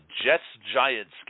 Jets-Giants